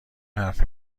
حرف